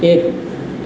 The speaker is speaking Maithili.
एक